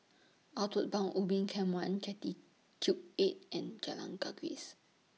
Outward Bound Ubin Camp one Jetty Cube eight and Jalan Gajus